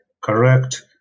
correct